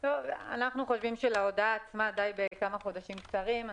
אנחנו חושבים שלהודעה עצמה די בכמה חודשים קצרים.